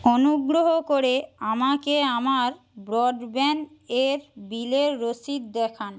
অনুগ্রহ করে আমাকে আমার ব্রডব্যানের বিলের রসিদ দেখান